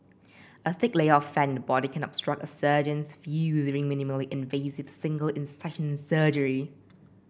a thick layer of fat in the body can obstruct a surgeon's view during minimally invasive single incision surgery